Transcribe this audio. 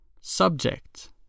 Subject